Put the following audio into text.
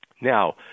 Now